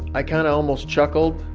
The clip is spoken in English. i kind of almost chuckled.